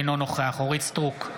אינו נוכח אורית מלכה סטרוק,